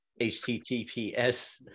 HTTPS